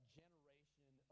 generation